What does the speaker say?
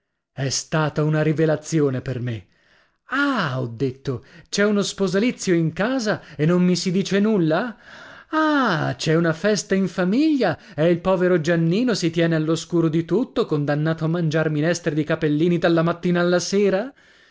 è stata una rivelazione per me ah ho detto c'è uno sposalizio in casa e non mi si dice nulla ah c'è una festa in famiglia e il povero giannino si tiene alloscuro di tutto condannato a mangiar minestre di capellini dalla mattina alla sera